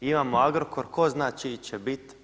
Imamo Agrokor, tko zna čiji će biti.